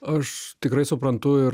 aš tikrai suprantu ir